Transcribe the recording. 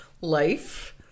life